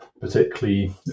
particularly